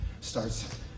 starts